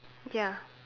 ya